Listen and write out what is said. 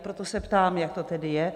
Proto se ptám, jak to tedy je.